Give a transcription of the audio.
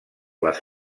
les